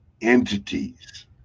entities